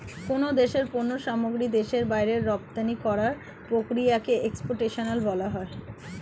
কোন দেশের পণ্য সামগ্রী দেশের বাইরে রপ্তানি করার প্রক্রিয়াকে এক্সপোর্টেশন বলা হয়